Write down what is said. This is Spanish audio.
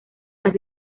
las